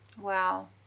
wow